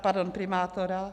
Pardon, primátora.